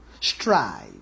strive